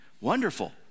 wonderful